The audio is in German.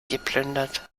geplündert